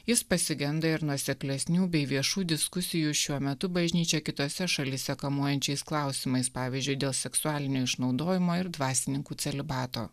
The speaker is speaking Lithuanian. jis pasigenda ir nuoseklesnių bei viešų diskusijų šiuo metu bažnyčia kitose šalyse kamuojančiais klausimais pavyzdžiui dėl seksualinio išnaudojimo ir dvasininkų celibato